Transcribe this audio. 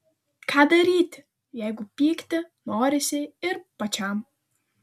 ką daryti jeigu pykti norisi ir pačiam